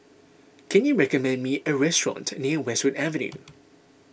can you recommend me a restaurant near Westwood Avenue